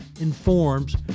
informs